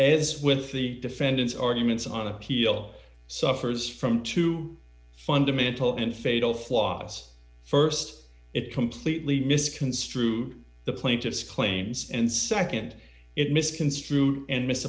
as with the defendant's arguments on appeal suffers from two fundamental and fatal flaws st it completely misconstrue the plaintiff's claims and nd it misconstrued